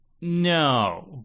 No